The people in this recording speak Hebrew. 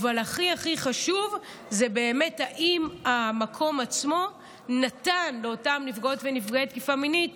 אבל הכי הכי חשוב זה אם המקום עצמו נתן לאותן נפגעות ונפגעי תקיפה מינית